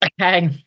Okay